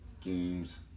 Games